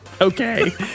Okay